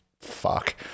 Fuck